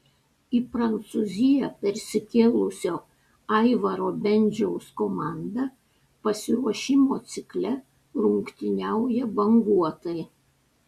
į prancūziją persikėlusio aivaro bendžiaus komanda pasiruošimo cikle rungtyniauja banguotai